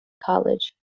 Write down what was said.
college